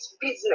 business